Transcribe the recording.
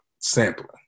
sampling